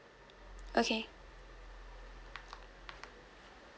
okay